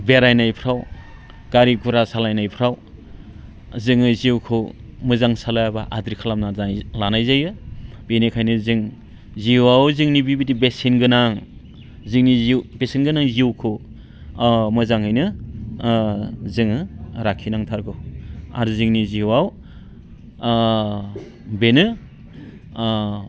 बेरायनायफ्राव गारि गुरा सालायनायफ्राव जोङो जिउखौ मोजां सालायाब्ला आद्रि खालामनानै लानाय जायो बेनिखायनो जों जिउआव जोंनि बिबायदि बेसेन गोनां जोंनि बेसेनगोनां जिउखौ मोजाङैनो जोङो लाखिनांथारगौ आरो जोंनि जिउआव बेनो